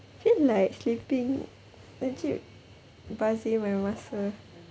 feel like sleeping legit bazir my masa